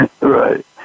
right